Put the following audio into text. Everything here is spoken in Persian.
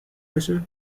بشه